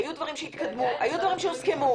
היו דברים שהתקדמו, היו דברים שהוסכמו.